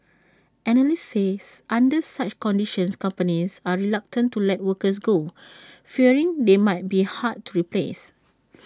analysts says under such conditions companies are reluctant to let workers go fearing they may be hard to replace